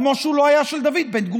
כמו שהוא לא היה של דוד בן-גוריון,